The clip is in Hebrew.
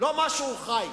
לא כמשהו חי.